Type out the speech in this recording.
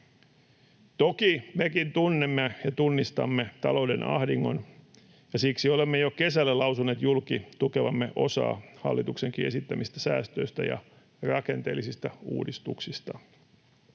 Toki mekin tunnemme ja tunnistamme talouden ahdingon, ja siksi olemme jo kesällä lausuneet julki tukevamme osaa hallituksenkin esittämistä säästöistä ja rakenteellisista uudistuksista.